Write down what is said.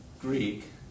Greek